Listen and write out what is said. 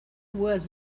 was